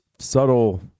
Subtle